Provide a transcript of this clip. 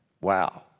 Wow